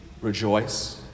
rejoice